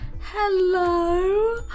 Hello